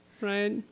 right